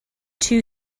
two